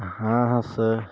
হাঁহ আছে